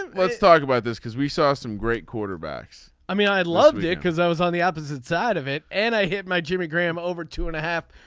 let's talk about this because we saw some great quarterbacks. i mean i love it because i was on the opposite side of it and i hit my jimmy graham over two and a half.